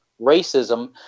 racism